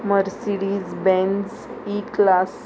Mercedes Benz E class